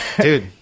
dude